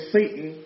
Satan